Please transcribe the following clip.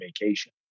vacation